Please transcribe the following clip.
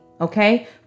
okay